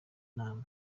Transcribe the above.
nama